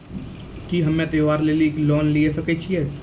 की हम्मय त्योहार लेली लोन लिये सकय छियै?